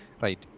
Right